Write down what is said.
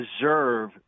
deserve